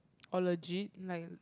orh legit like